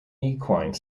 equine